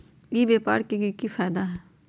ई व्यापार के की की फायदा है?